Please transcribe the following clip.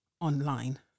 online